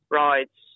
rides